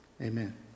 Amen